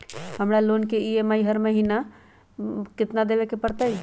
हमरा लोन के ई.एम.आई हर महिना केतना देबे के परतई?